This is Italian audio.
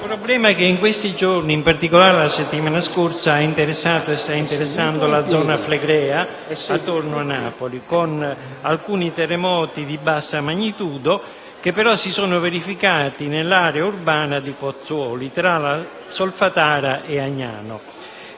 un problema che in questi giorni, in particolare la settimana scorsa, ha interessato e sta interessando la zona flegrea attorno a Napoli, con alcuni terremoti di bassa magnitudo, che però si sono verificati nell'area urbana di Pozzuoli, tra la Solfatara e Agnano.